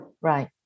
Right